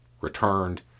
returned